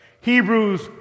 Hebrews